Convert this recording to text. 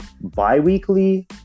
bi-weekly